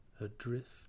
Adrift